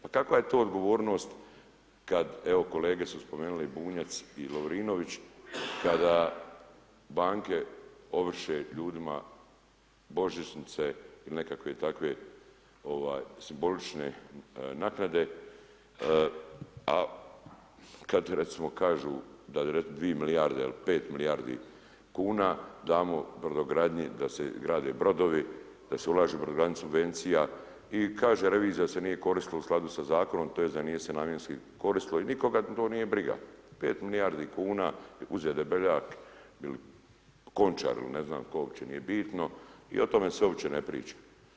Pa kakva je to odgovornost kada evo kolege su spomenule Bunjac i Lovrinović, kada banke ovrše ljudima božićnice ili nekakve takve ovaj simbolične naknade, a kad recimo kažu da 2 milijarde ili 5 milijardi kuna damo brodogradnji da se grade brodovi da se ulaže u brodogradnju subvencija i kaže revizija se nije koristila u skladu sa zakonom to je da nije se namjenski koristila i nikoga to nije briga 5 milijardi kuna uzeo Debeljak Končaru ne znam tko uopće nije bitno i o tome se uopće ne priča.